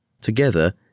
Together